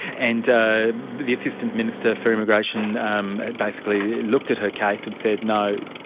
and the assistant minister for immigration um basically looked at her case and said no,